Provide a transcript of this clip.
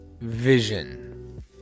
vision